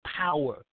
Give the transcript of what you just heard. power